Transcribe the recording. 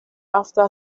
after